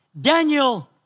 Daniel